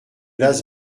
las